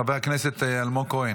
חבר הכנסת אלמוג כהן.